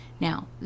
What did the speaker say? Now